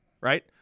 right